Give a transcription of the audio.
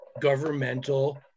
governmental